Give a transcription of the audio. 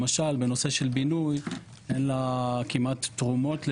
למשל בנושא של בינוי אין לה כמעט תרומות לבינוי,